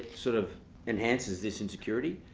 sort of enhances this insecurity,